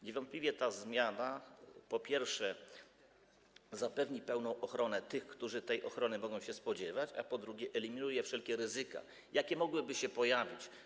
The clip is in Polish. Niewątpliwie ta zmiana, po pierwsze, zapewni pełną ochronę tych, którzy tej ochrony mogą się spodziewać, a po drugie, eliminuje wszelkie ryzyka, jakie mogłyby się pojawić.